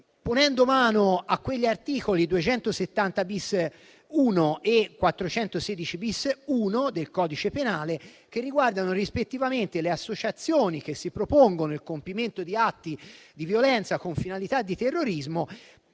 ponendo mano agli articoli 270-*bis*.1 e 416-*bis*.1 del codice penale, che riguardano rispettivamente le associazioni che si propongono il compimento di atti di violenza con finalità di terrorismo